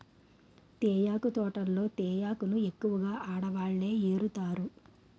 తేయాకు తోటల్లో తేయాకును ఎక్కువగా ఆడవాళ్ళే ఏరుతారు